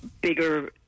bigger